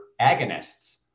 agonists